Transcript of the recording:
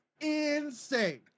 insane